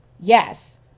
yes